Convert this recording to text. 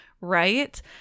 right